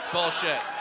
Bullshit